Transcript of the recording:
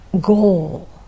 goal